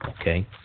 Okay